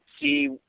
see